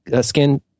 Skin